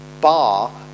bar